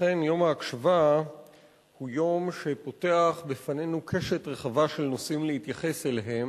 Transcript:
אכן יום ההקשבה הוא יום שפותח בפנינו קשת רחבה של נושאים להתייחס אליהם,